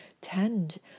tend